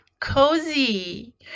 cozy